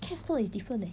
capstone is different leh